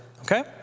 Okay